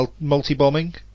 multi-bombing